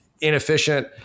inefficient